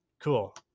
cool